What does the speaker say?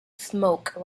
smoke